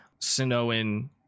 Sinoan